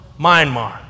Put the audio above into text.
Myanmar